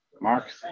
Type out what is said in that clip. Mark